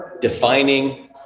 defining